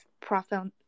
profile